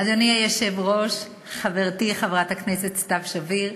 אדוני היושב-ראש, חברתי חברת הכנסת סתיו שפיר,